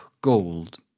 gold